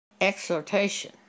Exhortation